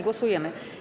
Głosujemy.